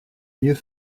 mieux